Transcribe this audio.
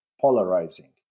polarizing